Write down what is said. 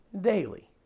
daily